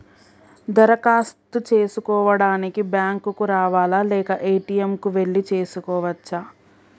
దరఖాస్తు చేసుకోవడానికి బ్యాంక్ కు రావాలా లేక ఏ.టి.ఎమ్ కు వెళ్లి చేసుకోవచ్చా?